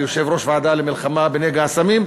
כיושב-ראש הוועדה למאבק בנגע הסמים,